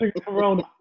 Corona